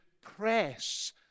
press